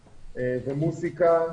מוזיקה,